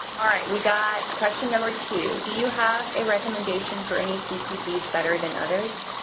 alright, we've got question number two. do you have a recommendation for any cpgs better than others?